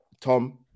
Tom